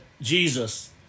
Jesus